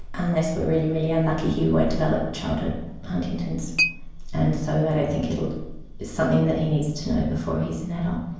unless we're really, really unlucky he won't develop childhood huntington's and so i don't think it is something that he needs to know before he's an adult.